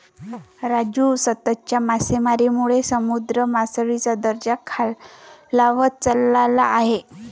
राजू, सततच्या मासेमारीमुळे समुद्र मासळीचा दर्जा खालावत चालला आहे